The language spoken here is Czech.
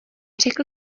řekl